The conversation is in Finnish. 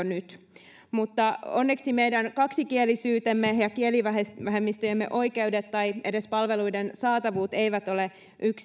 nyt mutta onneksi meidän kaksikielisyytemme ja kielivähemmistöjemme oikeudet tai edes palveluiden saatavuus eivät ole